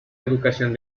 educación